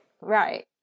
Right